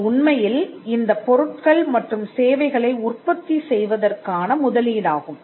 இது உண்மையில் இந்தப் பொருட்கள் மற்றும் சேவைகளை உற்பத்தி செய்வதற்கான முதலீடாகும்